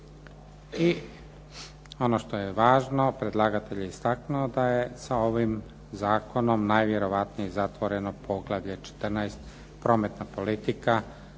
I ono što je važno, predlagatelj je istaknuo da je sa ovim zakonom najvjerovatnije zatvoreno poglavlje 14. prometna politika